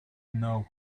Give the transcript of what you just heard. know